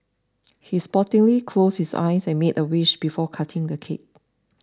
he sportingly closed his eyes and made a wish before cutting the cake